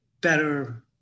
Better